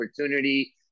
opportunity